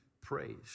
praise